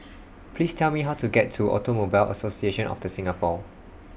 Please Tell Me How to get to Automobile Association of The Singapore